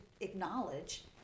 acknowledge